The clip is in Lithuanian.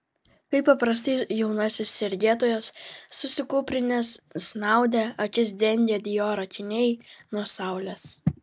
kaip paprastai jaunasis sergėtojas susikūprinęs snaudė akis dengė dior akiniai nuo saulės